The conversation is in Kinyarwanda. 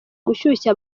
gushyushya